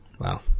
Wow